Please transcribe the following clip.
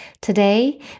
Today